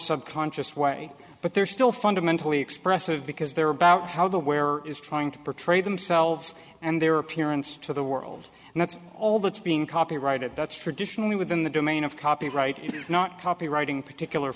subconscious way but they're still fundamentally expressive because they're about how the wearer is trying to portray themselves and their appearance to the world and that's all that's being copyrighted that's traditionally within the domain of copyright not copyrighting particular